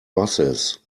busses